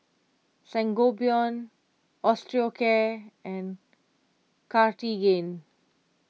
Sangobion Osteocare and Cartigain